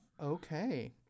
okay